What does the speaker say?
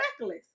reckless